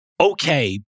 okay